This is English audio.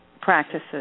practices